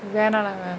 then I'm like